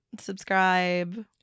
Subscribe